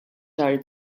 xahar